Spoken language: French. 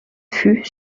fut